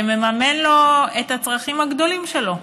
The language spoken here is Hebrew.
שמממן את הצרכים הגדולים שלו,